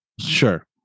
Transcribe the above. Sure